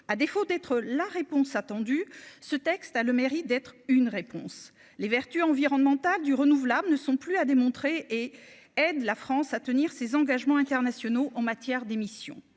à défaut d'être la réponse attendue ce texte a le mérite d'être une réponse les vertus environnementales du renouvelable ne sont plus à démontrer, et est de la France à tenir ses engagements internationaux en matière d'émission